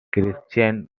christian